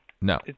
No